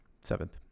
Seventh